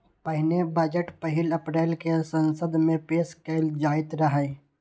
पहिने बजट पहिल अप्रैल कें संसद मे पेश कैल जाइत रहै